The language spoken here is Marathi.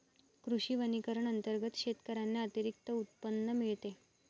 कृषी वनीकरण अंतर्गत शेतकऱ्यांना अतिरिक्त उत्पन्न मिळते